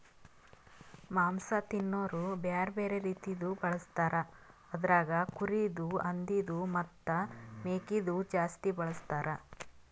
ಮಾಂಸ ತಿನೋರು ಬ್ಯಾರೆ ಬ್ಯಾರೆ ರೀತಿದು ಬಳಸ್ತಾರ್ ಅದುರಾಗ್ ಕುರಿದು, ಹಂದಿದು ಮತ್ತ್ ಮೇಕೆದು ಜಾಸ್ತಿ ಬಳಸ್ತಾರ್